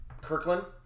Kirkland